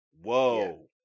whoa